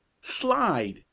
slide